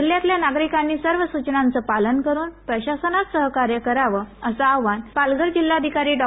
जिल्हयातल्या नागरिकांनी सर्व सूचनांचं पालन करुन प्रशसनास सहकार्य करावं असं आवाहन पालघर जिल्हाधिकार डॉ